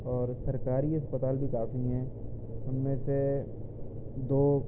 اور سرکاری اسپتال بھی کافی ہیں ان میں سے دو